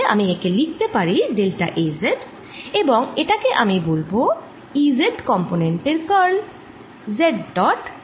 তাহলে আমি একে লিখতে পারি ডেল্টা A z এবং এটাকে আমি বলব E z কম্পনেন্ট এর curl z dot z dot